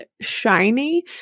shiny